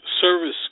service